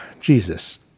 Jesus